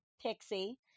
Pixie